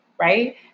right